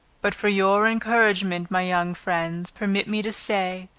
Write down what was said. but for your encouragement my young friends, permit me to say,